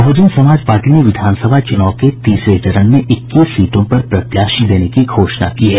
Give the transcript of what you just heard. बहुजन Samaj Party ने विधानसभा चुनाव के तीसरे चरण में इक्कीस सीटों पर प्रत्याशी देने की घोषणा की है